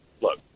Look